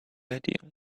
idea